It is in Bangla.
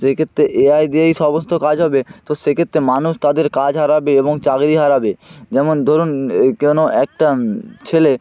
সেই ক্ষেত্রে এ আই দিয়েই সমস্ত কাজ হবে তো সেক্ষেত্রে মানুষ তাদের কাজ হারাবে এবং চাকরি হারাবে যেমন ধরুন এই কেন একটা ছেলে